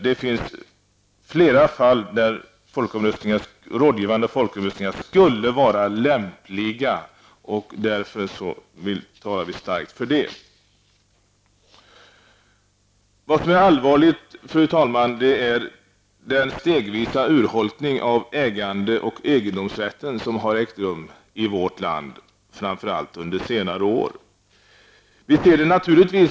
Det finns flera frågor där rådgivande folkomröstningar skulle kunna vara lämpliga, och vi talar därför starkt för detta förslag. Fru talman! Allvarlig är den stegvisa urholkning av ägande och egendomsrätten som ägt rum i vårt land, framför allt under senare år.